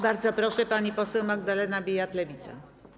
Bardzo proszę, pani poseł Magdalena Biejat, Lewica.